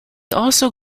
also